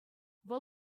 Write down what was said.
вӑл